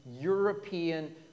European